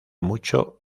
mucho